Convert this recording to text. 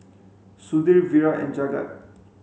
Sudhir Virat and Jagat